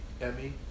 Emmy